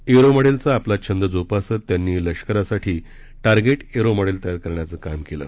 arrow मॉडेलचा आपला छंद जोपासत त्यांनी लष्करासाठी टार्गेट एरो मॉडेल तयार करण्याचं काम केलं